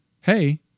Hey